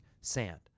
Sand